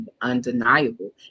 undeniable